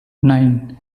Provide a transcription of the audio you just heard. nine